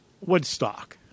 Woodstock